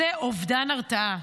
זה אובדן הרתעה.